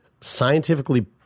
scientifically